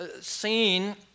seen